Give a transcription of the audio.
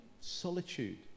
solitude